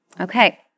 Okay